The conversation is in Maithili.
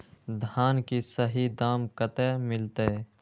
धान की सही दाम कते मिलते?